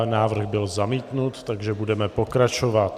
Návrh byl zamítnut, takže budeme pokračovat.